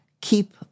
keep